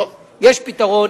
יש פתרון,